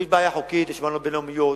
יש אמנות בין-לאומיות,